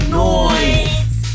noise